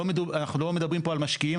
אנחנו לא מדברים פה על משקיעים,